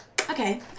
Okay